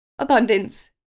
Abundance